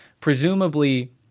presumably